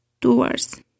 doors